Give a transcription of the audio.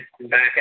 back